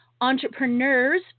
entrepreneurs